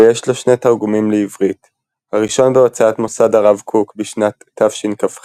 ויש לו שני תרגומים לעברית – הראשון בהוצאת מוסד הרב קוק בשנת תשכ"ח,